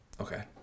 Okay